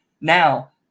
Now